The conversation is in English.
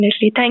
Thank